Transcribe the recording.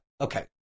okay